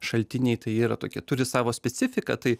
šaltiniai tai yra tokie turi savo specifiką tai